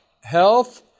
health